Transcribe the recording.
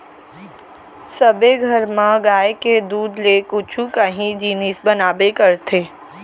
सबे घर म गाय के दूद ले कुछु काही जिनिस बनाबे करथे